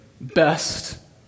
best